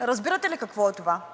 Разбирате ли какво е това?